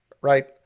right